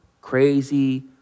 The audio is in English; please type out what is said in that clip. crazy